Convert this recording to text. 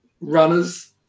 runners